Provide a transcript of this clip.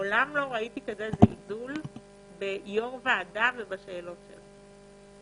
מעולם לא ראיתי כזה זלזול ביושב-ראש ועדה ובשאלות שלו.